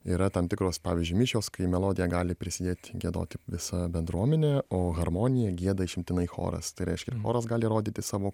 yra tam tikros pavyzdžiui mišios kai melodiją gali prisidėt giedoti visa bendruomenė o harmoniją gieda išimtinai choras tai reiškia ir choras gali rodyti savo